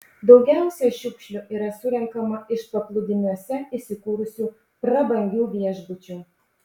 daugiausiai šiukšlių yra surenkama iš paplūdimiuose įsikūrusių prabangių viešbučių